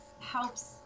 helps